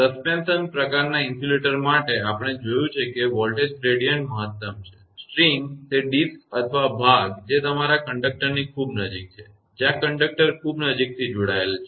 suspension પ્રકારનાં insulator માટે આપણે જોયું છે કે વોલ્ટેજ ગ્રેડીયંટ મહત્તમ છે તાર દોરડું તે ડિસ્ક અથવા ભાગ જે તમારા કંડક્ટરની ખૂબ નજીક છે જ્યાં કંડક્ટર ખૂબ નજીકથી જોડાયેલ છે